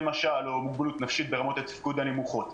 כמו מוגבלות נפשית ברמות התפקוד הנמוכות.